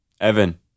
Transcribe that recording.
Evan